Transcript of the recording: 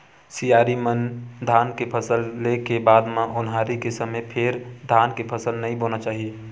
सियारी म धान के फसल ले के बाद म ओन्हारी के समे फेर धान के फसल नइ बोना चाही